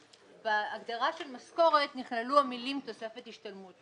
בהגדרה של משכורת נכללו המילים "תוספת השתלמות".